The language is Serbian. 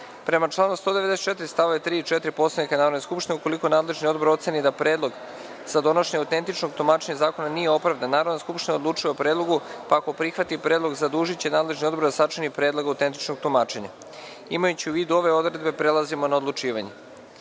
članu 194. st. 3. i 4. Poslovnika Narodne skupštine, ukoliko nadležni odbor oceni da predlog za donošenje autentičnog tumačenja zakona nije opravdan, Narodna skupština odlučuje o predlogu, pa ako prihvati predlog zadužiće nadležni odbor da sačini predlog autentičnog tumačenja. Imajući u vidu ove odredbe, prelazimo na odlučivanje. Stavljam